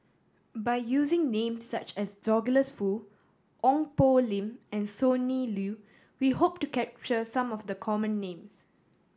by using names such as Douglas Foo Ong Poh Lim and Sonny Liew we hope to capture some of the common names